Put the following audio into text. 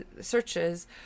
searches